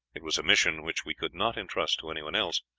it was a mission which we could not intrust to anyone else,